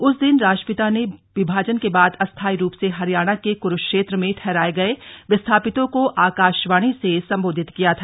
उस दिन राष्ट्रपिता ने विभाजन के बाद अस्थायी रूप से हरियाणा के कुरुक्षेत्र में ठहराए गए विस्थापितों को आकाशवाणी से संबोधित किया था